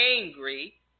angry